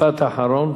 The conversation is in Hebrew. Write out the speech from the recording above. משפט אחרון.